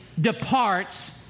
departs